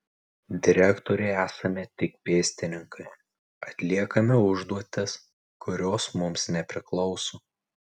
direktorei esame tik pėstininkai atliekame užduotis kurios mums nepriklauso